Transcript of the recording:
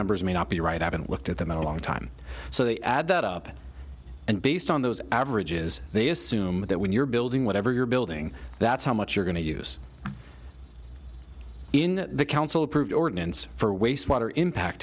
numbers may not be right i haven't looked at them in a long time so they add that up and based on those averages they assume that when you're building whatever you're building that's how much you're going to use in the council approved ordinance for waste water impact